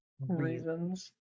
Reasons